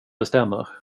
bestämmer